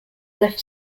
left